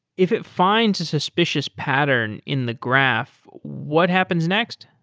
if it finds a suspicious pattern in the graph, what happens next?